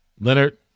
Leonard